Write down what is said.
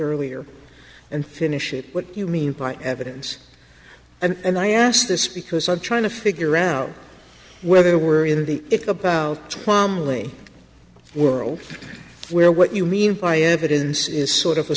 earlier and finish it what you mean by evidence and i ask this because i'm trying to figure out whether we're in the only world where what you mean by evidence is sort of